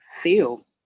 feel